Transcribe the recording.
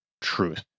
truth